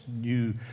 new